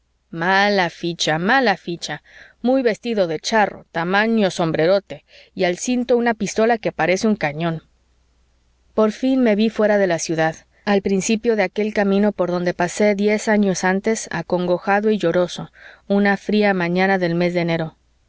facha y mala ficha muy vestido de charro tamaño sombrerote y al cinto una pistola que parece un cañón por fin me ví fuera de la ciudad al principio de aquel camino por donde pasé diez años antes acongojado y lloroso una fría mañana del mes de enero